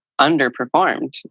underperformed